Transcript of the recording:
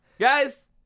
guys